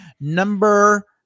Number